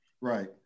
Right